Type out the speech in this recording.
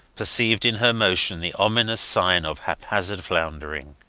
perceived in her motion the ominous sign of haphazard floundering.